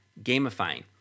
gamifying